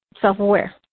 self-aware